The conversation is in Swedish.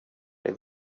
det